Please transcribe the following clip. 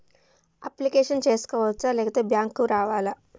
Application చేసుకోవచ్చా లేకపోతే bank రావాలా?